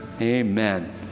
amen